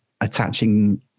attaching